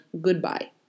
goodbye